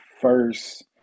first